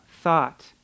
thought